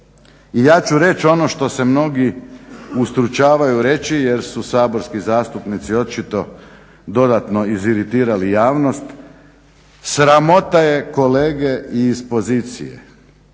I ja ću reći ono što se mnogi ustručavaju reći jer su saborski zastupnici očito dodatno iziritirali javnost, sramota je kolege iz pozicije